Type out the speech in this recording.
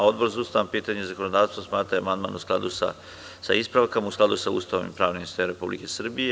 Odbor za ustavna pitanja i zakonodavstvo smatra da je amandman sa ispravkama u skladu sa Ustavom i pravnim sistemom Republike Srbije.